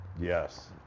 Yes